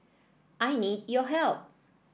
I need your help